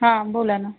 हां बोला ना